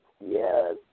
yes